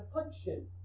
affliction